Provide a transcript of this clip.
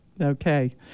Okay